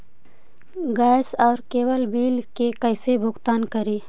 Gas और cable bill के कैसे भुगतान करी?